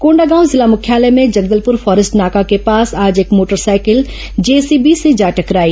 कोंडागांव जिला मुख्यालय में जगदलपुर फॉरेस्ट नाका के पास आज एक मोटरसाइकिल जेसीबी से जा टकराई